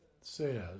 says